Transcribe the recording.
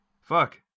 fuck